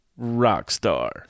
Rockstar